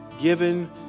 given